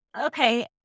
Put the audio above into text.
Okay